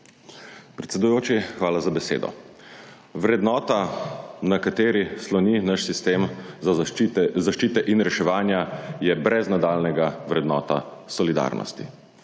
Predsedujoči, hvala za besedo. Vrednota, na kateri sloni naš sistem zaščite in reševanja, je brez nadaljnjega vrednota solidarnosti.